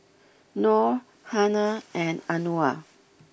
Nor Hana and Anuar